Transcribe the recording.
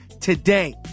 today